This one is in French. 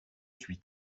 suis